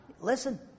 listen